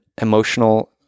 emotional